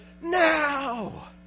Now